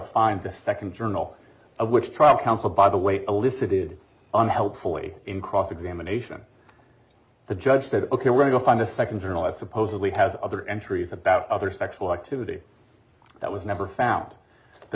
find the second journal of which trial counsel by the way elicited unhelpfully in cross examination the judge said ok we're going to find the second journalist supposedly has other entries about other sexual activity that was never found the